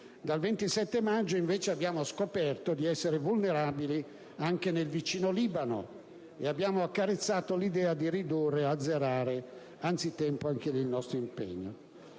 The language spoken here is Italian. Dal 27 maggio abbiamo invece scoperto di essere vulnerabili anche nel vicino Libano ed abbiamo accarezzato l'idea di ridurre o di azzerare anzitempo anche lì il nostro impegno.